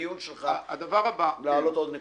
את הדיון הזה כדי להעלות עוד נקודה.